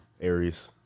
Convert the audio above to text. Aries